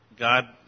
God